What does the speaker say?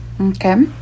okay